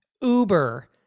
Uber